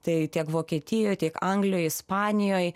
tai tiek vokietijoj tiek anglijoj ispanijoj